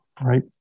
Right